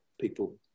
people